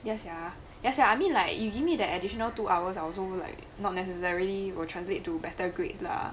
yes ya yes ya I mean like you give me the additional two hours I also like not necessarily will translate to better grades lah